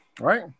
right